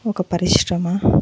ఒక పరిశ్రమ